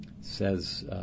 says